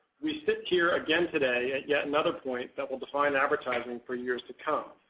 we sit here again today and yet another point that will define advertising for years to come.